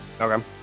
okay